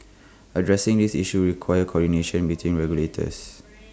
addressing these issues requires coordination between regulators